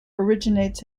originates